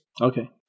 Okay